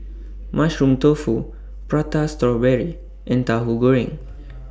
Mushroom Tofu Prata Strawberry and Tahu Goreng